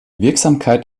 wirksamkeit